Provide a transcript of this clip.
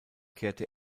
kehrte